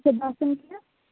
باسان کیٚنٛہہ